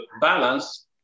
balance